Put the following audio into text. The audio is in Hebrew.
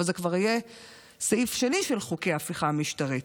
אבל זה כבר יהיה סעיף שני של חוקי ההפיכה המשטרית.